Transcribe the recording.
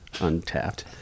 untapped